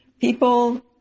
People